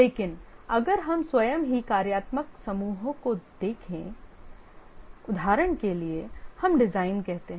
लेकिन अगर हम स्वयं ही कार्यात्मक समूहों को देखें उदाहरण के लिए हम डिजाइन कहते हैं